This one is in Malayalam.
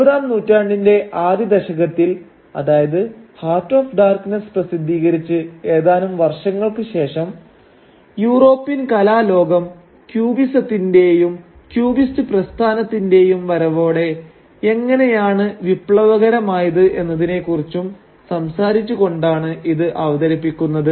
ഇരുപതാം നൂറ്റാണ്ടിന്റെ ആദ്യ ദശകത്തിൽ അതായത് ഹാർട്ട് ഓഫ് ഡാർക്നെസ്സ്' പ്രസിദ്ധീകരിച്ച് ഏതാനും വർഷങ്ങൾക്ക് ശേഷം യൂറോപ്യൻ കലാലോകം ക്യൂബിസത്തിന്റെയും ക്യൂബിസ്റ്റ് പ്രസ്ഥാനത്തിന്റെയും വരവോടെ എങ്ങനെയാണ് വിപ്ലവകരമായത് എന്നതിനെക്കുറിച്ച് സംസാരിച്ചുകൊണ്ടാണ് ഇത് അവതരിപ്പിക്കുന്നത്